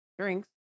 drinks